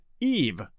EVE